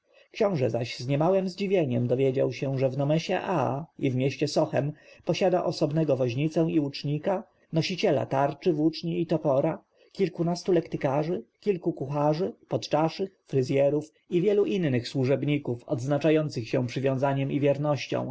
książę zaś z niemałem zdziwieniem dowiedział się że w nomesie aa i mieście sochem posiada osobnego woźnicę łucznika nosiciela tarczy włóczni i topora kilkunastu lektykarzy kilku kucharzy podczaszych fryzjerów i wielu innych służebników odznaczających się przywiązaniem i wiernością